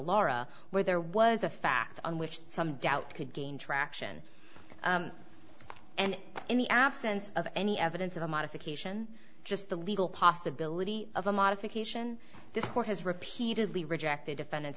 laura where there was a fact on which some doubt could gain traction and in the absence of any evidence of a modification just the legal possibility of a modification this court has repeatedly rejected defendant